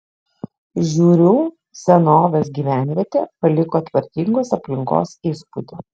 žiūrių senovės gyvenvietė paliko tvarkingos aplinkos įspūdį